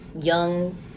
young